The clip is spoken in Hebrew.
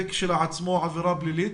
דבר שהוא כשלעצמו מהווה עבירה פלילית.